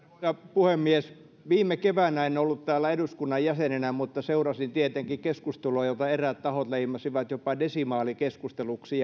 puhemies viime keväänä en ollut täällä eduskunnan jäsenenä mutta seurasin tietenkin keskustelua jota eräät tahot leimasivat jopa desimaalikeskusteluksi